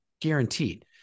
guaranteed